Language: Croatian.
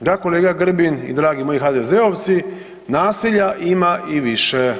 Da kolega Grbin i dragi moji HDZ-ovci nasilja ima i više.